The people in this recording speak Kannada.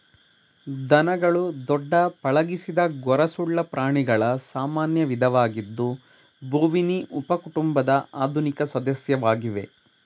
ದನಗಳು ದೊಡ್ಡ ಪಳಗಿಸಿದ ಗೊರಸುಳ್ಳ ಪ್ರಾಣಿಗಳ ಸಾಮಾನ್ಯ ವಿಧವಾಗಿದ್ದು ಬೋವಿನಿ ಉಪಕುಟುಂಬದ ಆಧುನಿಕ ಸದಸ್ಯವಾಗಿವೆ